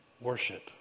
worship